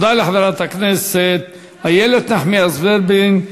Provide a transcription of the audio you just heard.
תודה לחברת הכנסת איילת נחמיאס ורבין.